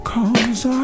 Cause